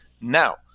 Now